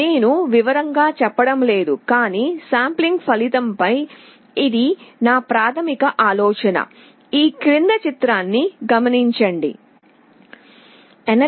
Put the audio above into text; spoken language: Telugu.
నేను వివరంగా చెప్పడం లేదు కానీ శాంప్లింగ్ ఫలితంపై ఇది నా ప్రాథమిక ఆలోచన